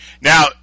Now